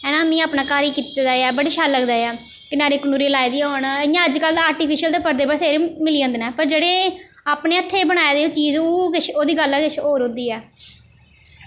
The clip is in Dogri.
है मा में अपने घर एह् कीते दा ऐ बड़े शैल लगदा ऐ कनारियां कनूरियां लाई दियां होन इ'यां अज्जकल ते आर्टिफिशल ते परदे बत्थेरे मिली जंदे न पर जेह्ड़े अपने हत्थें बनाई दी चीज ओह् किश ओह्दी गल्ल गै किश होर होंदी ऐ